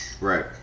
right